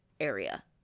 area